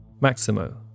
Maximo